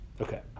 Okay